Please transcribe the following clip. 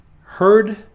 heard